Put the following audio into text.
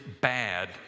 bad